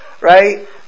right